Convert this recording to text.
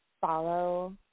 follow